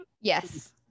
Yes